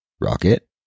Rocket